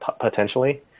potentially